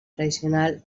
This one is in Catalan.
tradicional